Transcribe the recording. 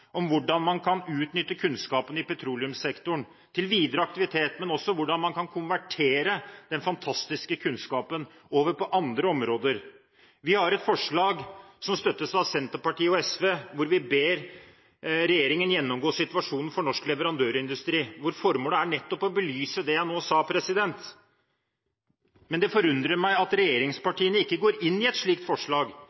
om hvordan man kan utnytte kunnskapene i petroleumssektoren til videre aktivitet, men også hvordan man kan konvertere den fantastiske kunnskapen over på andre områder. Vi har et forslag som støttes av Senterpartiet og SV, hvor vi ber regjeringen gjennomgå situasjonen for norsk leverandørindustri, og hvor formålet er nettopp å belyse det jeg nå sa. Det forundrer meg at